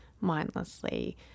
mindlessly